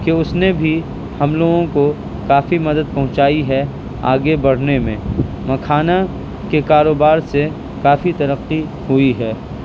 کہ اس نے بھی ہم لوگوں کو کافی مدد پہنچائی ہے آگے بڑھنے میں مکھانا کے کاروبار سے کافی ترقی ہوئی ہے